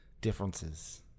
differences